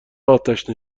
آتش